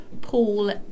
Paul